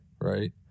Right